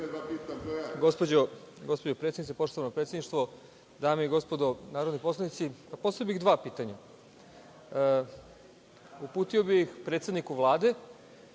Gospođo predsednice, poštovano predsedništvo, dame i gospodo narodni poslanici, postavio bih dva pitanja. Uputio bi ih predsedniku Vlade